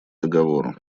договору